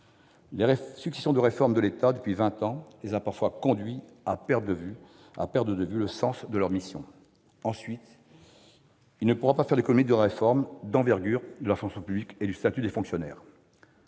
La succession de réformes de l'État depuis vingt ans les a parfois conduits à perdre de vue le sens de leurs missions. Ensuite, il ne pourra pas faire l'économie d'une réforme d'envergure de la fonction publique et du statut des fonctionnaires.